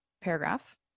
paragraph